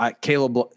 Caleb